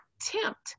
tempt